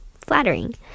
flattering